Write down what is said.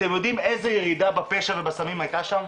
אתם יודעים איזו ירידה בפשע ובסמים הייתה שם?